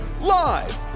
live